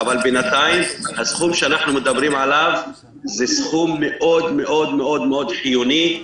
אבל בינתיים הסכום שאנחנו מדברים עליו הוא סכום מאוד מאוד מאוד חיוני.